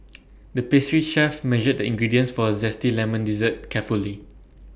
the pastry chef measured the ingredients for A Zesty Lemon Dessert carefully